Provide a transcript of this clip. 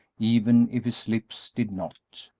even if his lips did not.